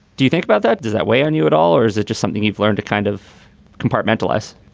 do you think about that? does that weigh on you at all or is it just something you've learned to kind of compartmentalize?